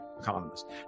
economist